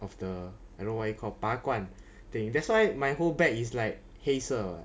of the I don't know why called 拔罐 thing that's why my whole back is like 黑色